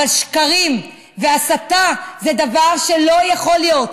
אבל שקרים והסתה זה דבר שלא יכול להיות.